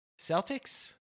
Celtics